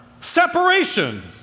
separation